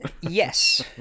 yes